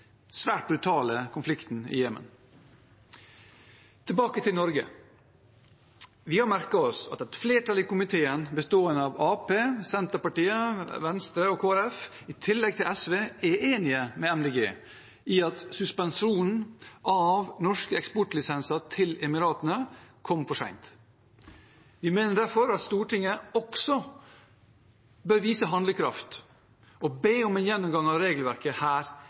svært brutale konflikten i Jemen. Tilbake til Norge: Vi har merket oss at et flertall i komiteen, bestående av Arbeiderpartiet, Senterpartiet, Venstre og Kristelig Folkeparti, i tillegg til SV, er enige med Miljøpartiet De Grønne i at suspensjonen av norske eksportlisenser til Emiratene kom for sent. Vi mener derfor at Stortinget også bør vise handlekraft og be om en gjennomgang av regelverket her